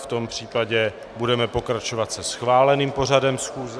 V tom případě budeme pokračovat se schváleným pořadem schůze.